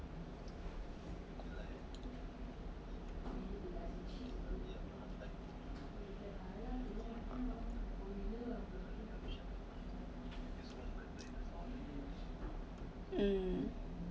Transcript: mm